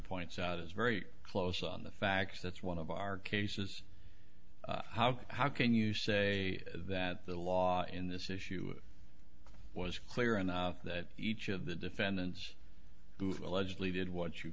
points out is very close on the facts that's one of our cases how how can you say that the law in this issue was clear and that each of the defendants who allegedly did what you